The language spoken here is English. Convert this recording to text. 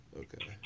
okay